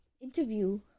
interview